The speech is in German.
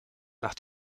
nach